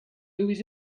movies